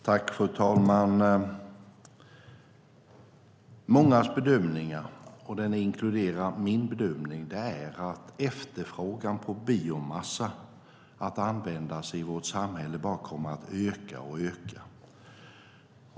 Fru talman! Mångas bedömning, inklusive min, är att efterfrågan på biomassa för användning i vårt samhälle kommer att öka.